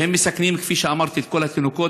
שמסכנים, כפי שאמרתי, את כל התינוקות.